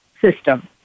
system